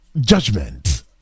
judgment